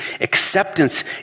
acceptance